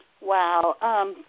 Wow